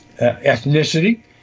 ethnicity